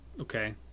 Okay